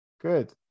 good